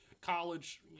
college